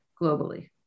globally